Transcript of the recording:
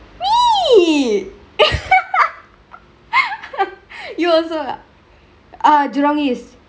me you also ah err jurongk east